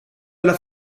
alla